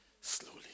slowly